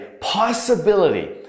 possibility